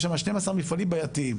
יש שם 12 מפעלים בעייתיים.